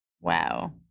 wow